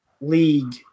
league